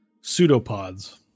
Pseudopods